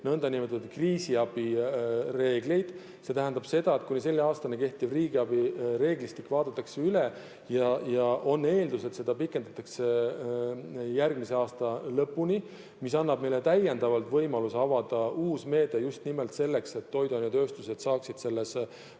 nõndanimetatud kriisiabireegleid. See tähendab seda, et kuni selle aastani kehtiv riigiabireeglistik vaadatakse üle, ja on eeldus, et seda pikendatakse järgmise aasta lõpuni, mis annab meile täiendavalt võimaluse avada uus meede just nimelt selleks, et toiduainetööstused saaksid selles